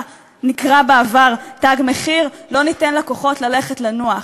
נקרא בעבר "תג מחיר" לא ניתן לכוחות ללכת לנוח,